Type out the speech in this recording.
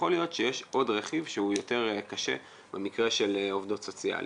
יכול להיות שיש עוד רכיב שהוא יותר קשה במקרה של עובדות סוציאליות.